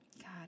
God